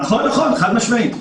נכון, חד-משמעית.